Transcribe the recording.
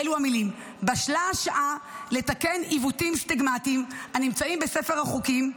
באלו המילים: בשלה השעה לתקן עיוותים סטיגמטיים הנמצאים בספר החוקים.